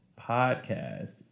podcast